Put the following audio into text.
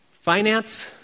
finance